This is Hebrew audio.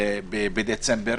לדצמבר,